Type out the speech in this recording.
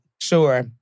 Sure